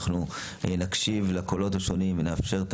אנחנו נקשיב לקולות השונים ונאפשר את